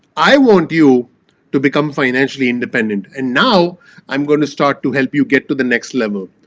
i want you to become financially independent and now i'm going to start to help you get to the next level.